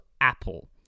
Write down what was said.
Apple